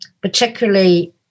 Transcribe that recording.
particularly